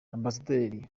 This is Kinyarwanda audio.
ambasaderi